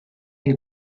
you